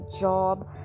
job